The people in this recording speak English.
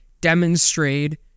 Demonstrated